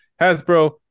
Hasbro